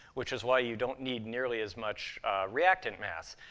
which is why you don't need nearly as much reactant mass.